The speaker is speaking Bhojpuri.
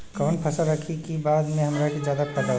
कवन फसल रखी कि बाद में हमरा के ज्यादा फायदा होयी?